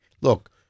Look